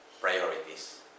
priorities